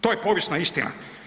To je povijesna istina.